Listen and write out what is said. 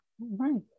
right